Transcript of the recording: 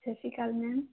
ਸਤਿ ਸ਼੍ਰੀ ਅਕਾਲ ਮੈਮ